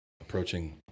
Approaching